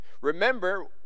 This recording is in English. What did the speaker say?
Remember